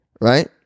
right